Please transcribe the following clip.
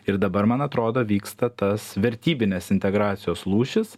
ir dabar man atrodo vyksta tas vertybinės integracijos lūžis